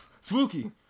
spooky